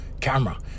camera